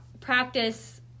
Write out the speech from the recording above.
practice